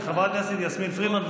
חברת הכנסת יסמין פרידמן,